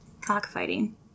cockfighting